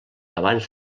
abans